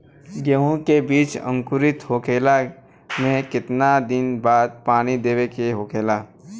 गेहूँ के बिज अंकुरित होखेला के कितना दिन बाद पानी देवे के होखेला?